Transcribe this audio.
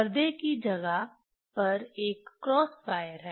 पर्दे की जगह पर एक क्रॉस वायर है